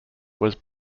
was